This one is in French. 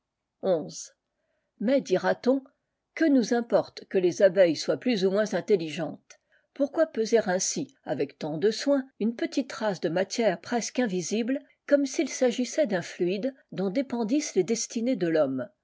mais dira-t-on que nous importe que les abeilles soient plus ou moins intelligentes pourquoi peser ainsi avec tant de soin une petite trace de matière presque invisible comme s'il s'agissait d'un fluide dont dépendissent les destinées de thomme